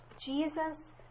Jesus